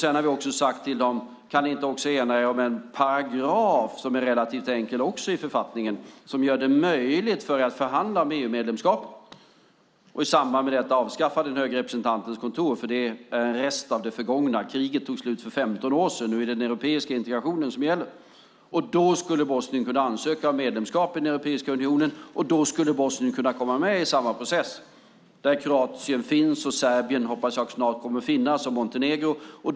Sedan har vi också sagt till dem: Kan ni inte också enas om en paragraf i författningen som är relativt enkel och som gör det möjligt för er att förhandla om EU-medlemskapet? I samband med detta kan man avskaffa den höga representantens kontor, för det är en rest av det förgångna. Kriget tog slut för 15 år sedan, och nu är det den europeiska integrationen som gäller. Då skulle Bosnien kunna ansöka om medlemskap i den europeiska unionen, och då skulle Bosnien kunna komma med i den process där Kroatien finns, där Serbien, hoppas jag, snart kommer att finnas och där Montenegro finns.